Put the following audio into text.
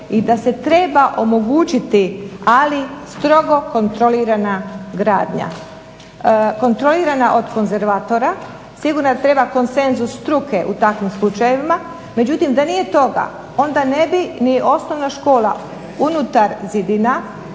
i da se treba omogućiti ali strogo kontrolirana gradnja. Kontrolirana od konzervatora. Sigurno da treba konsenzus struke u takvim slučajevima, međutim da nije toga onda ne bi ni osnovna škola unutar zidina